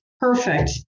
Perfect